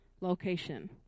location